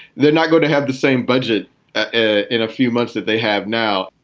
they're not going to have the same budget ah in a few months that they have now.